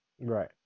Right